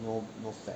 no no fat